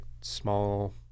small